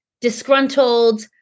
disgruntled